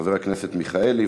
חבר הכנסת מיכאלי.